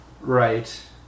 Right